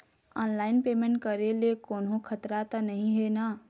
Online payment करे ले कोन्हो खतरा त नई हे न?